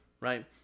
Right